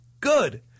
good